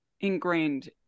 ingrained